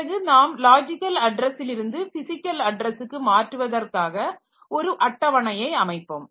பிறகு நாம் லாஜிக்கல் அட்ரஸ்ஸிலிருந்து பிசிக்கல் அட்ரஸ்க்கு மாற்றுவதற்காக ஒரு அட்டவணையை அமைப்போம்